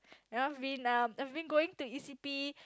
you know I've been um I've been going to E_C_P